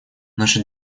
наша